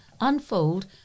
unfold